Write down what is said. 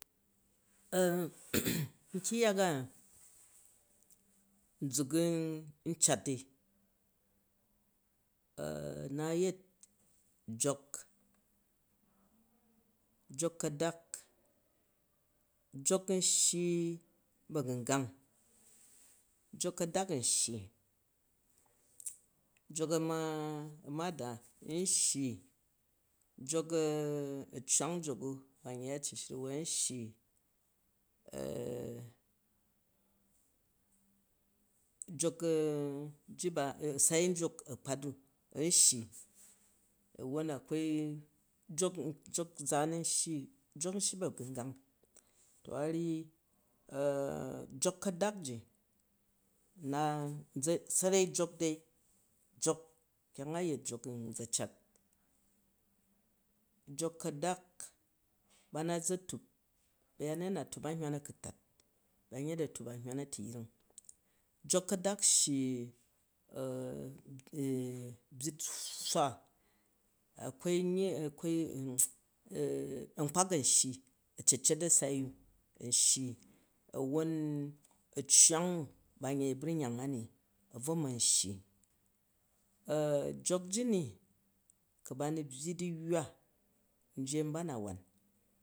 nkyang yk nʒuk n cat i n na yet jok, jok, kadak, jok nshti bagungang jok kdak n shyi, jok amada n shyi, jok acwang yok bn yei anshura an shyi jok ji ba, asai njok akpot u an shyi, bagangang. To a ryyi jok kadak ji, nna ʒa, sanai jok dai, jok kyang a yet jok ni n ʒa cat jok kadak ba na za tup, bayaneta na tup an hywan akutat, bayamet a tup an hywan atuyring, jok kadak, shyi byyit swa, akwai anyyi anlpak an shyi acecet asai u an shyi awon acwang t ban yei abunyangani n bvo nshyi jok ji mi ku ba nu byyi duyywa, nji aim ba na ran.